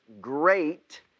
great